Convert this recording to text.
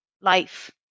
life